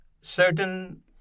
certain